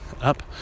up